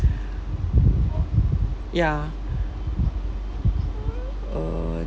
ya uh